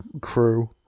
crew